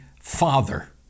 father